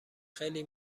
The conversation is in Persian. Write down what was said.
خیلی